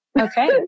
Okay